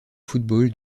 football